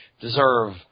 deserve –